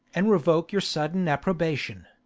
and revoke your sudden approbation.